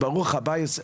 אז ברוך הבא,